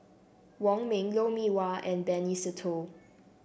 Wong Ming Lou Mee Wah and Benny Se Teo